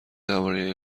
درباره